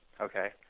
okay